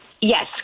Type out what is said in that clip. Yes